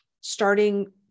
starting